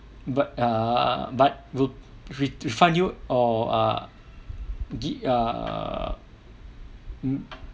but err but to re~ refund you or err get err mm